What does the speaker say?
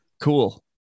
Cool